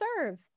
serve